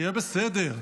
יהיה בסדר.